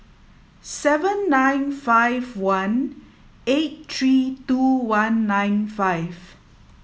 seven nine five one eight three two one nine five